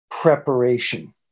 preparation